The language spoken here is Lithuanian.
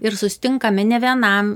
ir susitinkame ne vienam